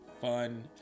fun